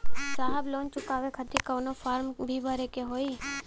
साहब लोन चुकावे खातिर कवनो फार्म भी भरे के होइ?